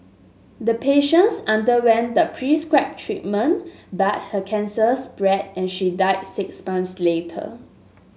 the patients underwent the prescribed treatment but her cancer spread and she died six months later